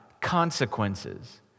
consequences